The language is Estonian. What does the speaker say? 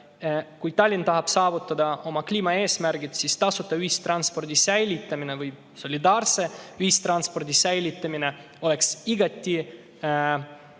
Kui Tallinn tahab saavutada oma kliimaeesmärgid, siis tasuta ühistranspordi säilitamine või solidaarse ühistranspordi säilitamine oleks igati õige